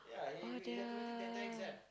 oh dear